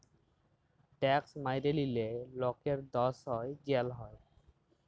tax ম্যাইরে লিলে লকের দস হ্যয় জ্যাল হ্যয়